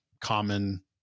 common